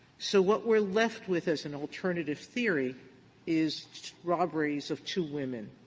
so what we're left with as an alternative theory is robberies of two women,